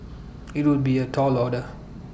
IT would be A tall order